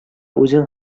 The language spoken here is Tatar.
үзен